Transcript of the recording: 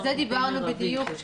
על זה דיברנו בדיוק,